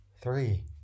three